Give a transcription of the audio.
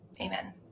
Amen